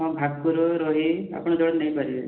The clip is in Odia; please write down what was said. ଭାକୁର ରୋହି ଆପଣ ଯେଉଁଟା ନେଇପାରିବେ